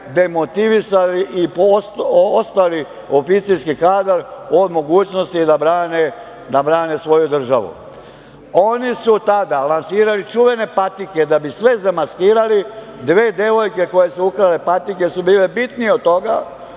demotivisali i ostavili oficirski kadar od mogućnosti da brane svoju državu. Oni su tada lansirali čuvene patike da bi sve zamaskirali. Dve devojke koje su ukrale patike su bile bitnije od toga